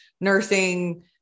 nursing